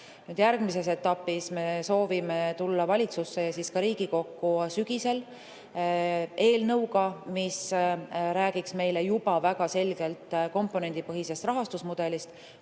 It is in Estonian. Järgmises etapis me soovime tulla valitsusse ja ka Riigikokku sügisel eelnõuga, mis räägiks meile juba väga selgelt komponendipõhisest rahastusmudelist,